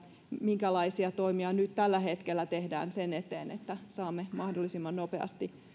minkälaisia toimia nyt tällä hetkellä tehdään sen eteen että saamme mahdollisimman nopeasti